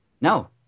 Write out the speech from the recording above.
No